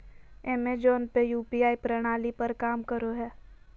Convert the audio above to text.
Amazon पे UPI प्रणाली पर काम करो हय